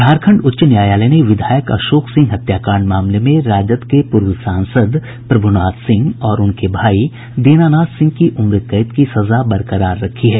झारखण्ड उच्च न्यायालय ने विधायक अशोक सिंह हत्याकांड मामले में राजद के पूर्व सांसद प्रभुनाथ सिंह और उनके भाई दीनानाथ सिंह की उम्रकैद की सजा बरकरार रखी है